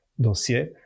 dossier